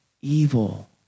evil